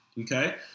okay